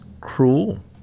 cruel